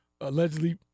allegedly –